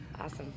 Awesome